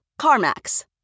CarMax